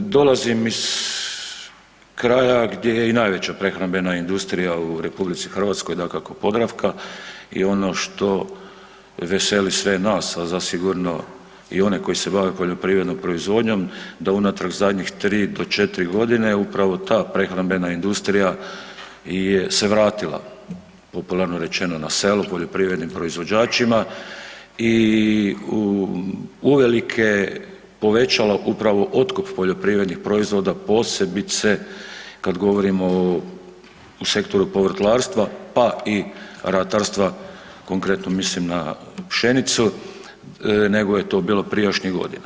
Dolazim iz kraja gdje je i najveća prehrambena industrija u RH, dakako „Podravka“ i ono što veseli sve nas, a zasigurno i one koji se bave poljoprivrednom proizvodnjom da unatrag zadnjih 3 do 4.g. upravo ta prehrambena industrija se vratila, popularno rečeno na selo poljoprivrednim proizvođačima i uvelike povećala upravo otkup poljoprivrednih proizvoda, posebice kad govorimo o sektoru povrtlarstva, pa i ratarstva, konkretno mislim na pšenicu, nego je to bilo prijašnjih godina.